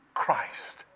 Christ